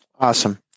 Awesome